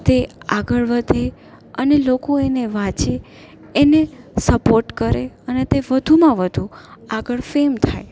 તે આગળ વધે અને લોકો એને વાંચે એને સ્પોટ કરે અને તે વધુમાં વધુ આગળ ફેમ થાય